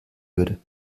würde